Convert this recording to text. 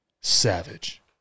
savage